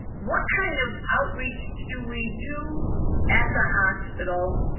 what kind of outreach do we do at the hospital?